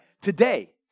Today